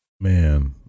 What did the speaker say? man